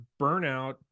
burnout